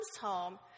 home